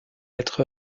être